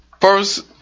First